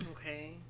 okay